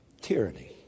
Tyranny